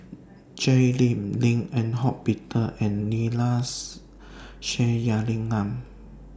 Jay Lim Lim Eng Hock Peter and Neila's Sathyalingam